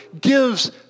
gives